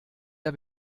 der